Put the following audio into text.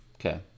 Okay